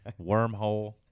Wormhole